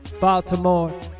Baltimore